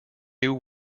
new